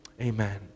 Amen